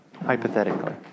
Hypothetically